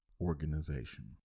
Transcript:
organization